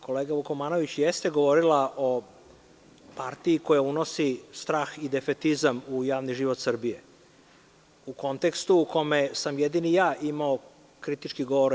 Kolega Vukomanović jeste govorila o partiji koja unosi strah i defetizam u javni život Srbije, u kontekstu u kome sam jedini ja imao kritički govor o EU.